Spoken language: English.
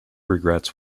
regrets